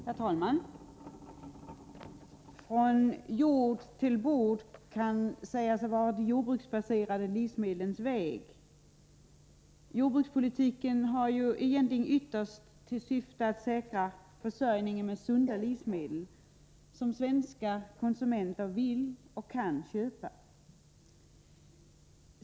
Herr talman! Från jord till bord kan sägas vara de jordbruksbaserade livsmedlens väg. Jordbrukspolitiken har ju egentligen ytterst till syfte att säkra försörjningen med sunda livsmedel, som svenska konsumenter vill och kan köpa.